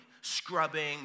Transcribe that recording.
scrubbing